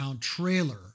trailer